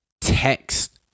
text